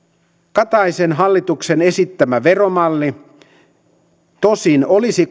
kataisen hallituksen esittämä veromalli tosin olisi